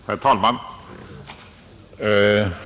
Herr talman!